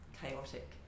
chaotic